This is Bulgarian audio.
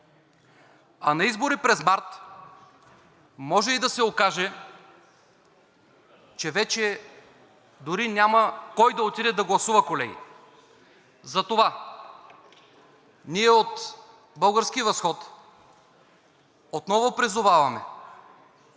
На избори през март може да се окаже, че вече дори няма кой да отиде да гласува, колеги. Ние от „Български възход“ отново призоваваме